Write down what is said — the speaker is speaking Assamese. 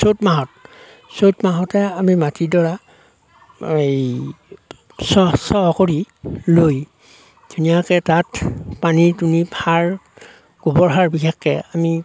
চ'ত মাহত চ'ত মাহতে আমি মাটিডৰা এই চহ চহ কৰি লৈ ধুনীয়াকে তাত পানী দুনি সাৰ গোবৰ সাৰ বিশেষকে আমি